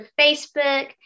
facebook